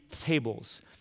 Tables